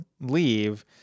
leave